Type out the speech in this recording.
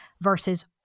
versus